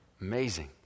Amazing